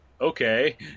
Okay